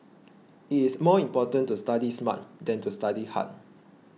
it is more important to study smart than to study hard